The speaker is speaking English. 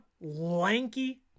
lanky